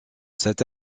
cette